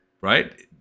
right